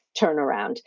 turnaround